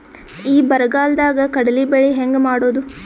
ಈ ಬರಗಾಲದಾಗ ಕಡಲಿ ಬೆಳಿ ಹೆಂಗ ಮಾಡೊದು?